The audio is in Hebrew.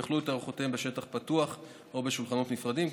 ויאכלו את ארוחותיהם בשטח פתוח או בשולחנות נפרדים.